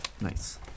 Nice